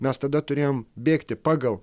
mes tada turėjom bėgti pagal